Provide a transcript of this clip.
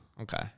Okay